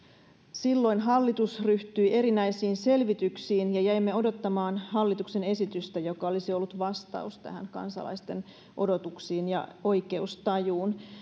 silloin hallitus ryhtyi erinäisiin selvityksiin ja jäimme odottamaan hallituksen esitystä joka olisi ollut vastaus kansalaisten odotuksiin ja oikeustajuun